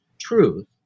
truth